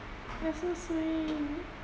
that's so sweet